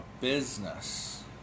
business